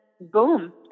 boom